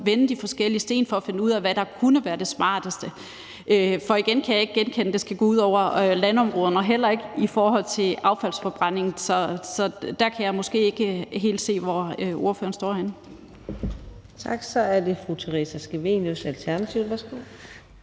vende de forskellige ting for at finde ud af, hvad der kunne være det smarteste. For igen vil jeg sige, at jeg ikke kan genkende, at det skal gå ud over landområderne, heller ikke i forhold til affaldsforbrænding. Så der kan jeg måske ikke helt se, hvor spørgeren står henne. Kl. 18:38 Fjerde næstformand